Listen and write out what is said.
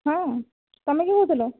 ହଁ ତୁମେ କିଏ କହୁଥିଲ